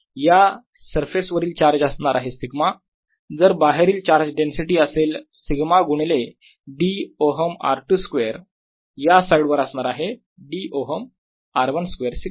या सरफेस वरील चार्ज असणार आहे सिग्मा जर बाहेरील चार्ज डेन्सिटी असेल सिग्मा गुणिले dΩ r2 स्क्वेअर या साईड वर असणार आहे dΩ r 1 स्क्वेअर सिग्मा